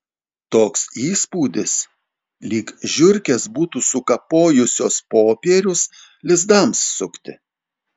toks įspūdis lyg žiurkės būtų sukapojusios popierius lizdams sukti